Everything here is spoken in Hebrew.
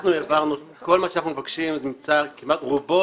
כל מה שאנחנו מבקשים נמצא כמעט רובו